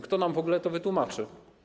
Kto nam w ogóle to wytłumaczy?